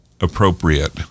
appropriate